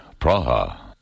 Praha